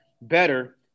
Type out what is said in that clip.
better